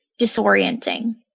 disorienting